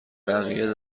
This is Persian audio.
بقیه